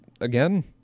again